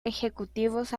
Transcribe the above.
ejecutivos